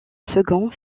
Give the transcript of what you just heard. second